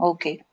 Okay